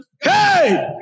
Hey